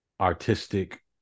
artistic